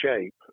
shape